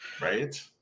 Right